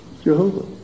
Jehovah